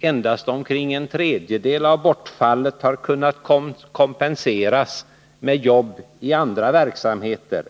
Endast omkring en tredjedel av bortfallet har kunnat kompenseras med jobb i andra verksamheter.